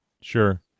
Sure